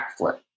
backflip